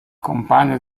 compagno